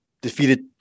defeated